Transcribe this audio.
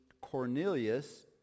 Cornelius